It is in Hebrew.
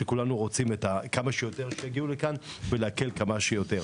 ושכולנו רוצים שיגיעו לכאן כמה שיותר ולהקל כמה שיותר.